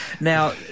Now